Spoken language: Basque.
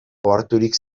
oharturik